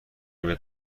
بهت